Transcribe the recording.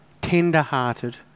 tender-hearted